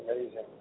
amazing